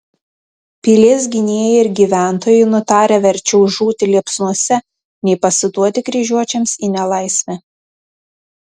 pilies gynėjai ir gyventojai nutarę verčiau žūti liepsnose nei pasiduoti kryžiuočiams į nelaisvę